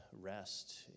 rest